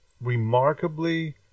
remarkably